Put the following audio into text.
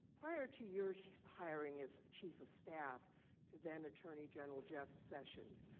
prior to your hiring as chief of staff to then attorney general jeff session,